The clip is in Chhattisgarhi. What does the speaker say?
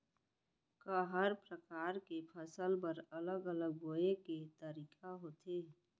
का हर प्रकार के फसल बर अलग अलग बोये के तरीका होथे?